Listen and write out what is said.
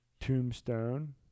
Tombstone